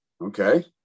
Okay